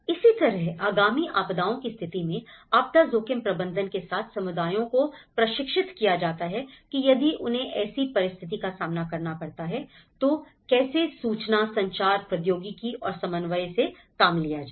इसी तरह आगामी आपदाओं की स्थिति में आपदा जोखिम प्रबंधन के साथ समुदायों को प्रशिक्षित किया जाता है कि यदि उन्हें ऐसी परिस्थिति का सामना करना पड़ता है तो कैसे सूचना संचार प्रौद्योगिकी और समन्वय से काम लिया जाए